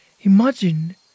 Imagine